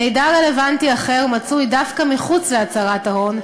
מידע רלוונטי אחר מצוי דווקא מחוץ להצהרת ההון,